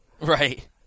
Right